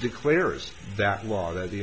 declares that law that the